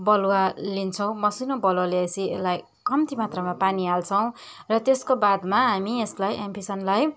बलुवा लिन्छौँ मसिनो बलुवा लिएपछि यसलाई कम्ती मात्रामा पानी हाल्छौँ र त्यसको बादमा हामी यसलाई एम्फिसनलाई